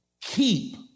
keep